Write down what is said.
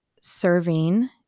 serving